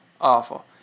awful